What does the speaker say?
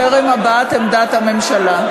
טרם הבעת עמדת הממשלה.